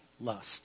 lust